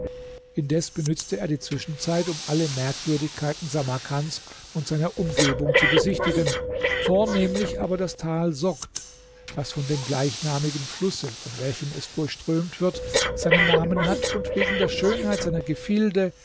indes benützte er die zwischenzeit um alle merkwürdigkeiten samarkands und seiner umgebung zu besichtigen vornehmlich aber das tal sogd das von dem gleichnamigen flusse von welchem es durchströmt wird seinen namen hat und wegen der schönheit seiner gefilde